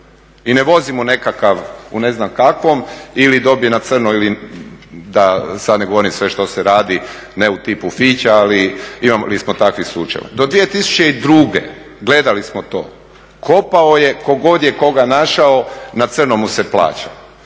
i ne vozimo nekakav, u ne znam kakvom ili dobije na crno ili da sad ne govorimo sve što se radi, ne u tipu …, ali imamo … takvih slučajeva. Do 2002. gledali smo to, kopao je tko god je koga našao, na crno mu se plaćalo.